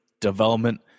Development